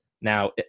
Now